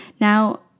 Now